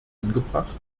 angebracht